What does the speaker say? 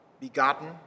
begotten